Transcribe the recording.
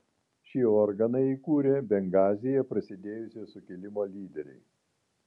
šį organą įkūrė bengazyje prasidėjusio sukilimo lyderiai